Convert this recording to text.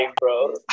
bro